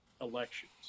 elections